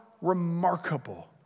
remarkable